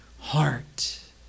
heart